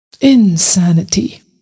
Insanity